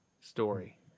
Story